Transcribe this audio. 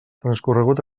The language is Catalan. transcorregut